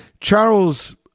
Charles